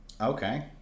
Okay